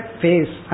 face